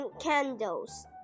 Candles